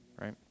right